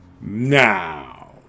Now